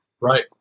Right